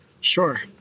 Sure